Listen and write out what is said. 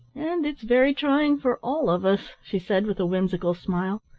and it's very trying for all of us, she said with a whimsical smile.